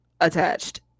attached